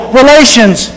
relations